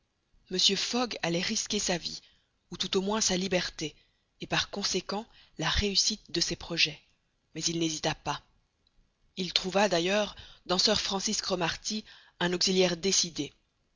mr fogg allait risquer sa vie ou tout au moins sa liberté et par conséquent la réussite de ses projets mais il n'hésita pas il trouva d'ailleurs dans sir francis cromarty un auxiliaire décidé